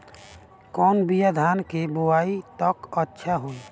कौन बिया धान के बोआई त अच्छा होई?